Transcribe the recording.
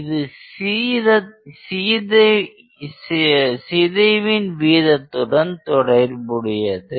இது சிதைவின் வீதத்துடன் தொடர்புடையது